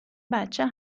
بچه